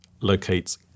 locates